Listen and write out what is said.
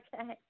Okay